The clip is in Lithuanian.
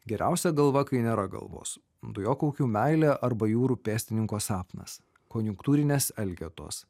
geriausia galva kai nėra galvos dujokaukių meilė arba jūrų pėstininko sapnas konjunktūrinės elgetos